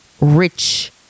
rich